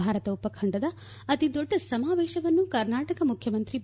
ಭಾರತ ಉಪಖಂಡದ ಅತಿದೊಡ್ಡ ಸಮಾವೇಶವನ್ನು ಕರ್ನಾಟಕ ಮುಖ್ಯಮಂತ್ರಿ ಬಿ